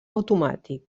automàtic